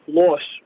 loss